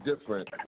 different